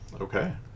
Okay